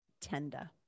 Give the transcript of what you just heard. tender